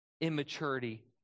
immaturity